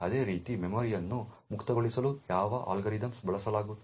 ಅದೇ ರೀತಿ ಮೆಮೊರಿಯನ್ನು ಮುಕ್ತಗೊಳಿಸಲು ಯಾವ ಅಲ್ಗಾರಿದಮ್ಗಳನ್ನು ಬಳಸಲಾಗುತ್ತದೆ